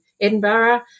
Edinburgh